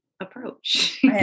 approach